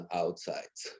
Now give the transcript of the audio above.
outsides